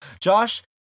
Josh